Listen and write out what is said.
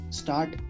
start